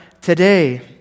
today